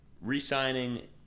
re-signing